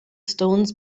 stones